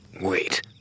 Wait